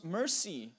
mercy